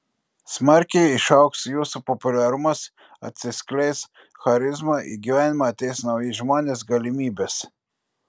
smarkiai išaugs jūsų populiarumas atsiskleis charizma į gyvenimą ateis nauji žmonės galimybės